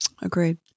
Agreed